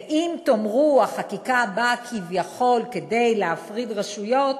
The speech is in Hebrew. ואם תאמרו: החקיקה באה כביכול כדי להפריד רשויות,